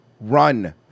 Run